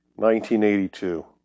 1982